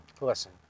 Listen